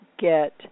get